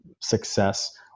success